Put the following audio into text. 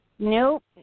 Nope